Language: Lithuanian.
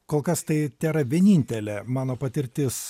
kol kas tai tėra vienintelė mano patirtis